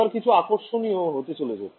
এবার কিছু আকর্ষণীয় কিছু হতে চলেছে